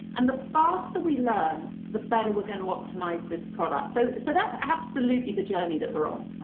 and the faster we learn, the better we're gonna optimize this product. so so that's absolutely the journey that we're on. ah,